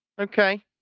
Okay